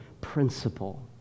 principle